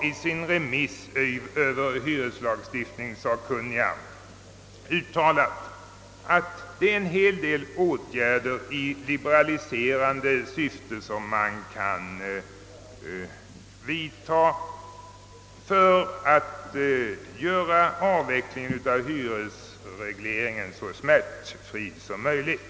I sitt remissvar över de sakkunnigas förslag har hyresrådet uttalat att en hel del åtgärder i liberaliserande syfte kan vidtas för att göra avvecklingen av hyresregleringen så smärtfri som möjligt.